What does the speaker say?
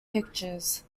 pictures